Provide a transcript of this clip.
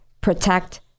protect